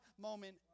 moment